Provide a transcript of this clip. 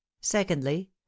secondly